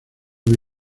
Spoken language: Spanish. que